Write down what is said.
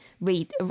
read